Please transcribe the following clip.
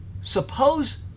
suppose